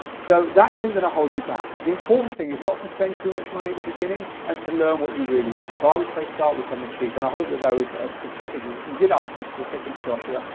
so that isn't going to hold you back. the important thing is not to spend too much money at the beginning and to learn what you really want. so i would say start with something cheap and i hope that those are ah specific. you did ask for specifics, joshua.